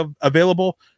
available